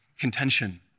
contention